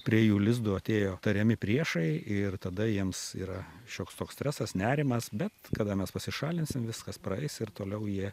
prie jų lizdo atėjo tariami priešai ir tada jiems yra šioks toks stresas nerimas bet kada mes pasišalinsim viskas praeis ir toliau jie